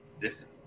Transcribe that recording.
Distance